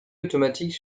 automatique